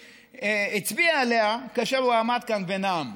כבר הצביע עליה כאשר הוא עמד כאן ונאם.